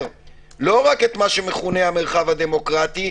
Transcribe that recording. לא רק את מה שמכונה המרחב הדמוקרטי,